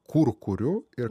kur kuriu ir